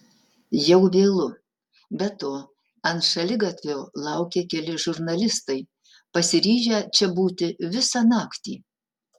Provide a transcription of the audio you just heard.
jau vėlu be to ant šaligatvio laukia keli žurnalistai pasiryžę čia būti visą naktį